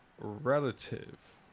Relative